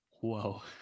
Whoa